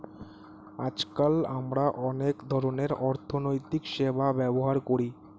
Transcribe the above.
আজকাল আমরা অনেক ধরনের অর্থনৈতিক সেবা ব্যবহার করি